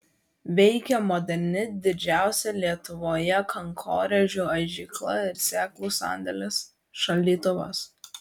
veikia moderni didžiausia lietuvoje kankorėžių aižykla ir sėklų sandėlis šaldytuvas